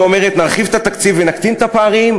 שאומרת נרחיב את התקציב ונקטין את הפערים,